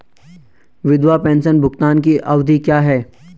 विधवा पेंशन भुगतान की अवधि क्या है?